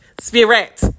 Spirit